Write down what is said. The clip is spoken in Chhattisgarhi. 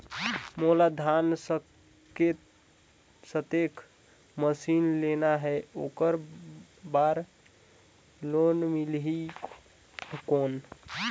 मोला धान कतेक मशीन लेना हे ओकर बार लोन मिलही कौन?